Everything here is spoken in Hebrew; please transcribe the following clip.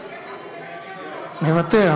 מוותר,